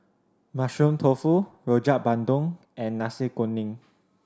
Mushroom Tofu Rojak Bandung and Nasi Kuning